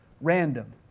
random